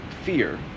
fear